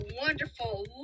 wonderful